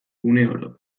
uneoro